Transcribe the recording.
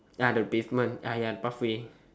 ya the pavement ah ya pathway